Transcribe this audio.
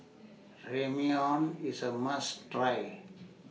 Ramyeon IS A must Try